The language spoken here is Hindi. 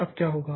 अब क्या होगा